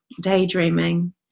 daydreaming